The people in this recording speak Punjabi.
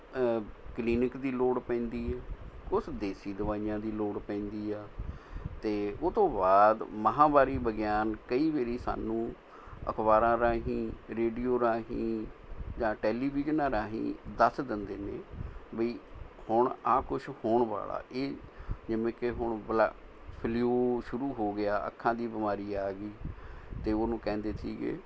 ਕਲੀਨਿਕ ਦੀ ਲੋੜ ਪੈਂਦੀ ਹੈ ਕੁਛ ਦੇਸੀ ਦਵਾਈਆਂ ਦੀ ਲੋੜ ਪੈਂਦੀ ਹੈ ਅਤੇ ਉਹ ਤੋਂ ਬਾਅਦ ਮਹਾਂਮਾਰੀ ਵਿਗਿਆਨੀ ਕਈ ਵਾਰੀ ਸਾਨੂੰ ਅਖ਼ਬਾਰਾਂ ਰਾਹੀਂ ਰੇਡੀਓ ਰਾਹੀਂ ਜਾਂ ਟੈਲੀਵਿਜ਼ਨਾਂ ਰਾਹੀਂ ਦੱਸ ਦਿੰਦੇ ਨੇ ਵੀ ਹੁਣ ਇਹ ਕੁਛ ਹੋਣ ਵਾਲਾ ਇਹ ਜਿਵੇਂ ਕਿ ਹੁਣ ਬਲਾ ਫਲੂ ਸ਼ੁਰੂ ਹੋ ਗਿਆ ਅੱਖਾਂ ਦੀ ਬਿਮਾਰੀ ਆ ਗਈ ਅਤੇ ਉਹਨੂੰ ਕਹਿੰਦੇ ਸੀ